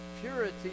Purity